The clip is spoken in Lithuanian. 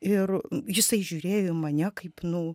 ir jisai žiūrėjo į mane kaip nu